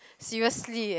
seriously eh